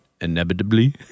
inevitably